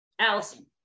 Allison